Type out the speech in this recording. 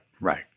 right